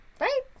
Right